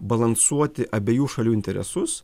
balansuoti abiejų šalių interesus